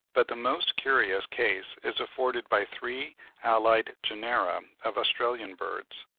but the most curious case is afforded by three allied genera of australian birds,